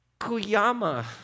Kuyama